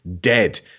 dead